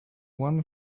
one